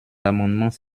amendements